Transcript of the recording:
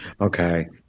Okay